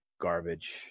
garbage